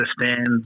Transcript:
understand